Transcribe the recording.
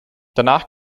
danach